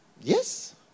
Yes